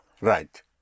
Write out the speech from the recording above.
Right